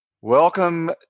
Welcome